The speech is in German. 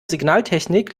signaltechnik